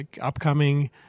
upcoming